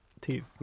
teeth